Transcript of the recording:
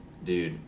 Dude